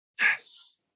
Yes